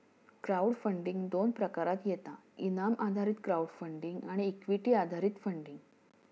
crowd funding दोन प्रकारात येता इनाम आधारित क्राउड फंडिंग आणि इक्विटी आधारित फंडिंग